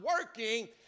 working